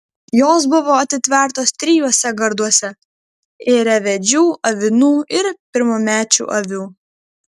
jos buvo atitvertos trijuose garduose ėriavedžių avinų ir pirmamečių avių